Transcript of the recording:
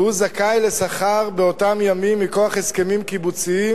והוא זכאי לשכר באותם ימים מכוח הסכמים קיבוציים